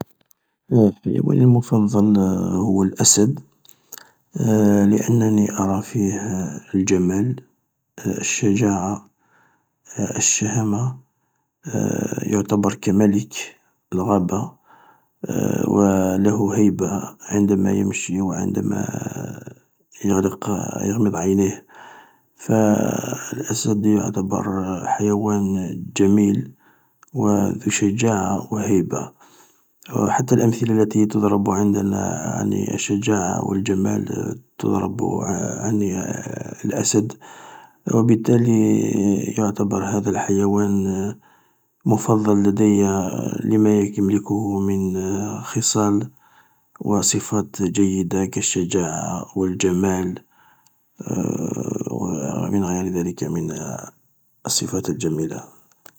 حيواني المفضل هو الأسد لانني ارى فيه الجمال الشجاعة، الشهامة، يعتبر كملك الغابة و له هيبة عندما يمشي و عندما يغلق يغمض عينيه، فالأيد يعتبر حيوان جميل و ذو شجاعة و هيبة، و حتى الأمثلة التي تضرب عن الشجاعة والمال تضرب عن الاسد و بالتالي يعتبر هذا الحيوان مفضل لديا لما يملكه من خصال و صفات جيدة كالشجاعة والجمال و من غير ذلك من الصفات الجميلة.